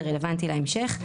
זה רלוונטי להמשך.